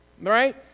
right